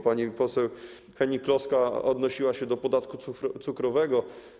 Pani poseł Hennig-Kloska odnosiła się do podatku cukrowego.